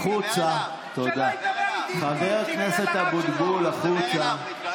חבר הכנסת אבוטבול, החוצה.